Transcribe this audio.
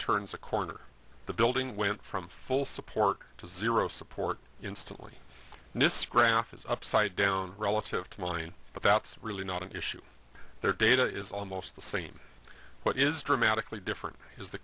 turns a corner the building went from full support to zero support instantly this graph is upside down relative to mine but that's really not an issue their data is almost the same what is dramatically different is the